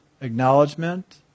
acknowledgement